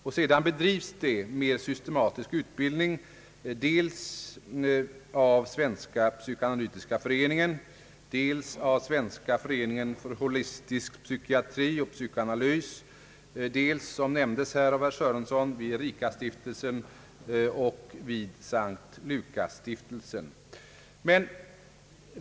Dessutom bedrivs systematisk utbildning dels av Svenska psykoanalytiska föreningen, dels av Svenska föreningen för holistisk psykiatri och psykoanalys, dels — som herr Sörenson nämnde — vid Ericastiftelsen och S:t Lucasstiftelsen.